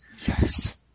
Yes